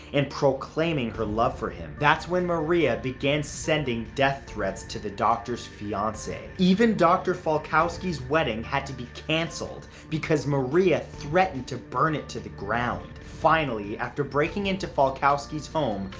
and proclaiming her love for him. that's when maria began sending death threats to the doctor's fiance. even dr. falkowski's wedding had to be canceled because maria threatened to burn it to the ground. finally, after breaking into falkowski's home,